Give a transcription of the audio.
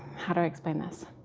how do i explain this?